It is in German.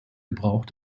gebrauch